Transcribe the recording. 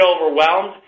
overwhelmed